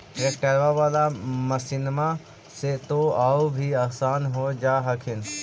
ट्रैक्टरबा बाला मसिन्मा से तो औ भी आसन हो जा हखिन?